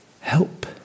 Help